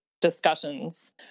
discussions